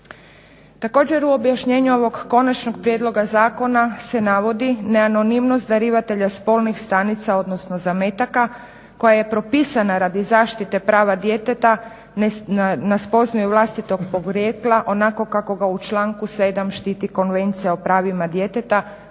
Također u objašnjenju ovog konačnog prijedloga zakona se navodi neanonimnost darivatelja spolnih stanica, odnosno zametaka koja je propisana radi zaštite prava djeteta na spoznaju vlastitog porijekla onako kako ga u članku 7. štiti Konvencija o pravima djeteta